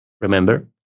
Remember